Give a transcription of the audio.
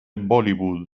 bollywood